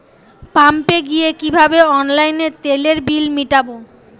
পাম্পে গিয়ে কিভাবে অনলাইনে তেলের বিল মিটাব?